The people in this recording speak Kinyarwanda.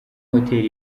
hotel